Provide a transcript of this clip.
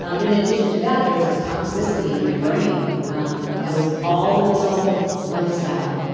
ah but in addition to that there was this toxicity in my brain um that was all the result of lifestyle.